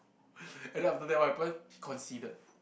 and then after that what happen he conceeded